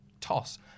toss